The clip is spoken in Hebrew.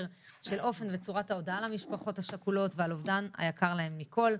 של אופן וצורת ההודעה למשפחות השכולות על אובדן היקר להן מכול.